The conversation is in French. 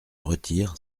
retire